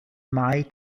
mai